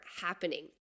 happening